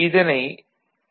இதனை பி